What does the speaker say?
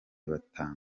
batanu